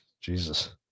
jesus